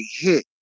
hit